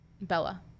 Bella